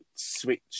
switch